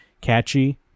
catchy